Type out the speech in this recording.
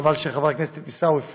חבל שחבר הכנסת עיסאווי פריג'